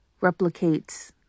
replicate